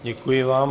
Děkuji vám.